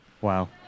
Wow